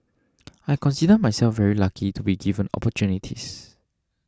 I consider myself very lucky to be given opportunities